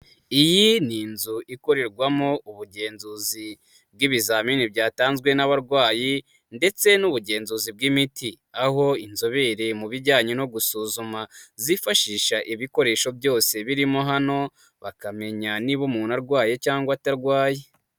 Iyi ni inzu ikorerwamo ubugenzuzi bw'ibizamini byatanzwe n'abarwayi ndetse n'ubugenzuzi bw'imiti, aho inzobere mu bijyanye no gusuzuma zifashisha ibikoresho byose birimo hano, bakamenya niba umuntu arwaye cyangwa atarwaye.